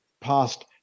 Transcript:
past